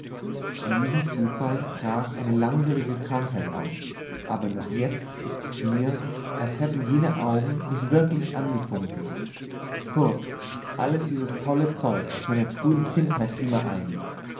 in diesem zufall brach eine langwierige krankheit aus aber noch jetzt ist es mir als hätten jene augen mich wirklich angefunkelt kurz alles dieses tolle zeug aus meiner frühen kindheit fiel mir ein